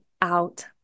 out